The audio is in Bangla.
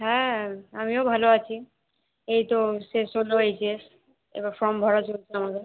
হ্যাঁ আমিও ভালো আছি এই তো শেষ হলো এইচএস এবার ফর্ম ভরা শুরু হচ্ছে আমাদের